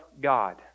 God